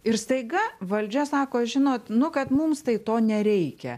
ir staiga valdžia sako žinot nu kad mums tai to nereikia